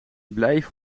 blijf